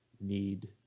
need